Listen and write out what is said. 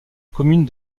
commune